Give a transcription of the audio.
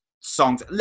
songs